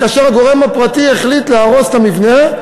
כאשר הגורם הפרטי החליט להרוס את המבנה,